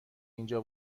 اینجا